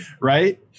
Right